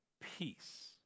peace